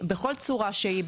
בכל צורה שהיא,